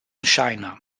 china